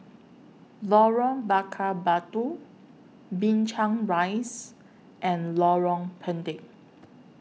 Lorong Bakar Batu Binchang Rise and Lorong Pendek